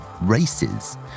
races